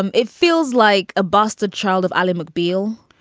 and it feels like a bastard child of ally mcbeal.